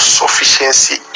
sufficiency